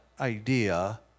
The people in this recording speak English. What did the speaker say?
idea